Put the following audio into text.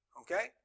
okay